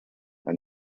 and